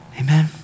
Amen